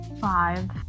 Five